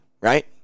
right